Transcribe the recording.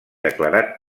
declarat